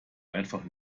einfach